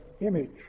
image